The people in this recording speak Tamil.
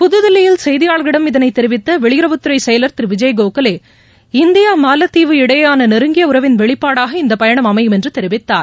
புத்தில்லியில் செய்தியாளர்களிடம் இதனைதெரிவித்தவெளியுறவுத்துறைசெயலர் திருவிஜய் கோகலே இந்தியா மாலத்தீவு இடையேயானநெருங்கியஉறவின் வெளிப்பாடாக இந்தபயணம் அமையும் என்றுதெரிவித்தார்